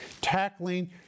tackling